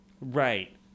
Right